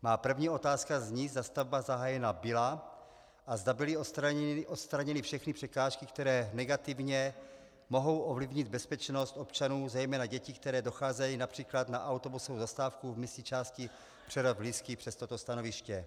Má první otázka zní, zda stavba zahájena byla a zda byly odstraněny všechny překážky, které negativně mohou ovlivnit bezpečnost občanů, zejména dětí, které docházejí například na autobusovou zastávku v místní části Přerova Lýsky přes toto stanoviště.